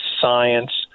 science